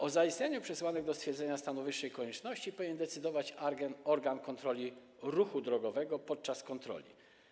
O zaistnieniu przesłanek do stwierdzenia stanu wyższej konieczności powinien decydować organ kontroli ruchu drogowego podczas kontroli.